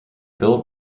bill